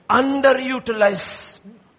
underutilized